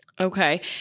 Okay